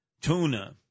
Tuna